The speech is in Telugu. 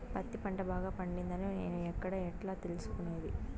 పత్తి పంట బాగా పండిందని నేను ఎక్కడ, ఎట్లా తెలుసుకునేది?